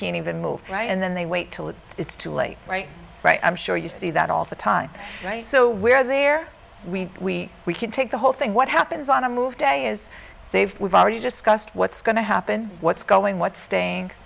can't even move and then they wait till it's too late right right i'm sure you see that all the time so we're there we we can take the whole thing what happens on a move day is they've we've already discussed what's going to happen what's going what st